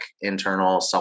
internal